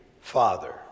father